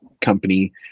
company